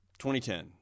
2010